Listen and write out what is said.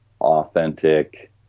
authentic